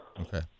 Okay